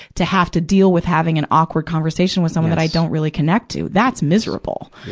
to have to deal with having an awkward conversation with someone that i don't really connect to. that's miserable.